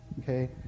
okay